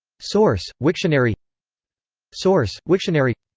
source wiktionary source wiktionary